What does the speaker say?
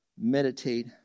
meditate